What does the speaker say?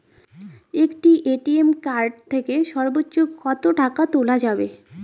একটি ATM card থেকে সর্বোচ্চ কত টাকা তোলা যাবে?